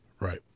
Right